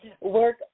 work